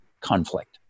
conflict